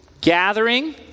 Gathering